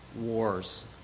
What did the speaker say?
wars